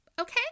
Okay